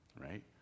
right